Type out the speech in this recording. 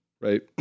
right